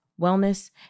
wellness